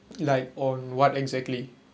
like on what exactly